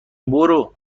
برو